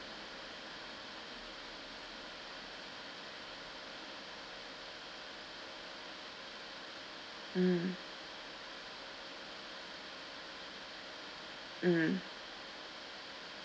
mm mm